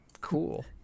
Cool